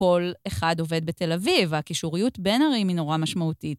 ‫כל אחד עובד בתל אביב, ‫והקישוריות בין ערים היא נורא משמעותית.